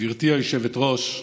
גברתי היושבת-ראש,